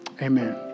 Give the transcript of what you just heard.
amen